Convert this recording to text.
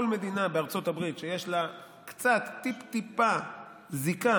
כל מדינה בארצות הברית שיש לה קצת, טיפ-טיפה זיקה